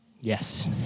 yes